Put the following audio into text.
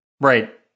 Right